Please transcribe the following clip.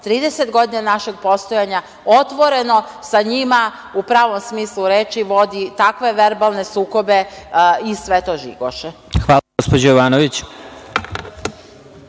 30 godina našeg postojanja, otvoreno sa njima, u pravom smislu reči, vodi takve verbalne sukobe i sve to žigoše. **Vladimir Marinković**